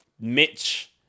Mitch